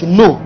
no